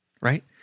right